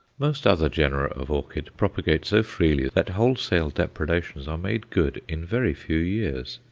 most other genera of orchid propagate so freely that wholesale depredations are made good in very few years.